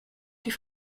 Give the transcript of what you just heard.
die